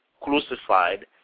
crucified